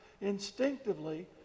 instinctively